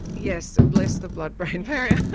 yes, bless the blood brain barrier.